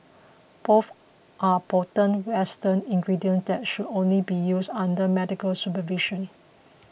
both are potent western ingredients that should only be used under medical supervision